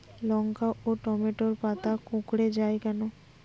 লঙ্কা ও টমেটোর পাতা কুঁকড়ে য়ায় কেন?